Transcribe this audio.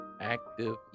active